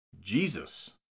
Jesus